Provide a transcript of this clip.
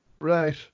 Right